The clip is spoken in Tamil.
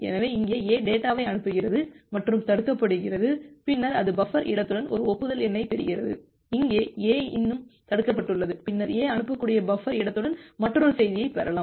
எனவே இங்கே A டேட்டாவை அனுப்புகிறது மற்றும் தடுக்கப்படுகிறது பின்னர் அது பஃபர் இடத்துடன் ஒரு ஒப்புதல் எண்ணைப் பெறுகிறது இங்கே A இன்னும் தடுக்கப்பட்டுள்ளது பின்னர் A அனுப்பக்கூடிய பஃபர் இடத்துடன் மற்றொரு செய்தியைப் பெறலாம்